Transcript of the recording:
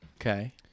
Okay